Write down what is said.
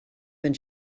been